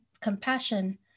compassion